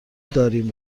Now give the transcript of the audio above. داریم